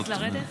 אז לרדת?